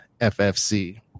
ffc